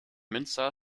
münster